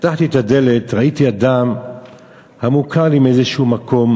פתחתי את הדלת וראיתי אדם המוכר לי מאיזה מקום.